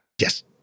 Yes